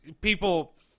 people